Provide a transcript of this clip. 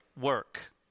work